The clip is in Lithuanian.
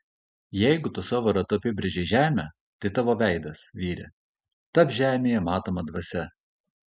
jeigu tu savo ratu apibrėžei žemę tai tavo veidas vyre taps žemėje matoma dvasia